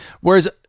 whereas